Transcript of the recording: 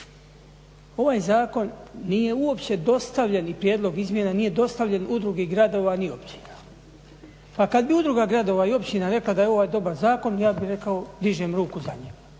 Ovaj zakon nije uopće dostavljen i prijedlog izmjena nije dostavljen udrugi gradova ni općina. Pa kad bi udruga gradova i općina rekla da je ovo dobar zakon, ja bih rekao dižem ruku za njega.